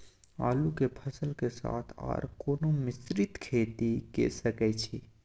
आलू के फसल के साथ आर कोनो मिश्रित खेती के सकैछि?